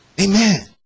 amen